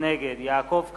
נגד יעקב כץ,